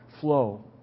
flow